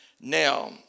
Now